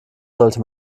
sollte